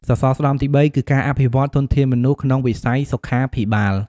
សសរស្តម្ភទី៣គឺការអភិវឌ្ឍធនធានមនុស្សក្នុងវិស័យសុខាភិបាល។